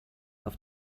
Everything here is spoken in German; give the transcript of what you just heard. auf